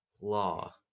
law